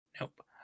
nope